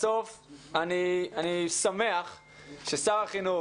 אני שמח ששר החינוך